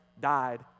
died